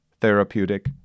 Therapeutic